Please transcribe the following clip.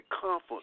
comfort